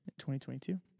2022